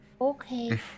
Okay